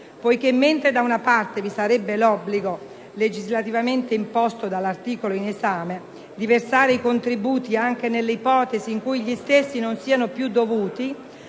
poiché, mentre da una parte vi sarebbe l'obbligo, legislativamente imposto dall'articolo in esame, di versare i contributi anche nelle ipotesi in cui gli stessi non siano più dovuti,